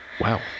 Wow